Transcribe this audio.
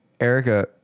Erica